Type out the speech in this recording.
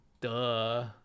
duh